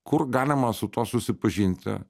kur galima su tuo susipažinti